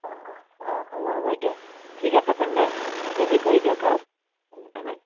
অঁ অঁ হ'ব হ'ব দিয়ক ঠিক আছে তেনেহ'লে ৰেডী কৰি দিয়ক আৰু আনি পেলাই